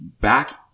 back